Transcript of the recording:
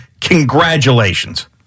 congratulations